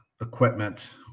equipment